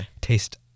taste